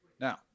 Now